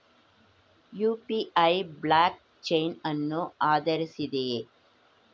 UPI blockchain ಅನ್ನು ಆಧರಿಸಿದೆಯೇ?